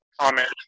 comment